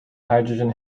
hydrogen